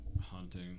hunting